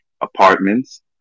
apartments